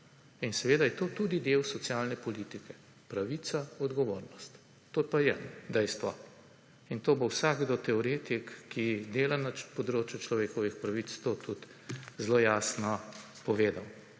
In seveda je to tudi del socialne politike, pravica-odgovornost. To pa je dejstvo. In to bo vsakdo, teoretik, ki dela na področju človekovih pravic, to tudi zelo jasno povedal.